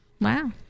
wow